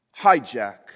hijack